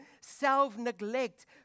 self-neglect